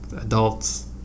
adults